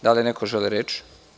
Da li neko želi reč?